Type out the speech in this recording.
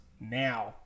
now